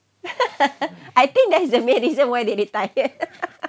I think that's the main reason why they retire